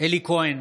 אלי כהן,